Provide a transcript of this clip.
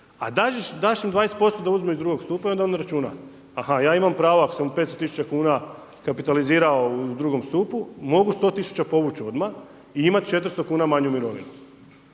a daš im 20% da uzmu iz drugog stupa i onda on računa, aha, ja imam pravo ako sam u 500 000 kuna kapitalizirao u II. stupu, mogu 100 000 povuć odmah i imat 400 kuna manju mirovinu.